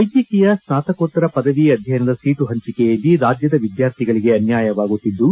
ವೈದ್ಯಕೀಯ ಸ್ನಾತಕೋತ್ತರ ಪದವಿ ಅಧ್ವಯನದ ಸೀಟು ಪಂಚಿಕೆಯಲ್ಲಿ ರಾಜ್ಜದ ವಿದ್ವಾರ್ಥಿಗಳಿಗೆ ಅನ್ನಾಯವಾಗುತ್ತಿದ್ದು